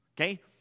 Okay